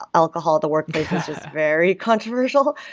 alcohol, the workplace is just very controversial.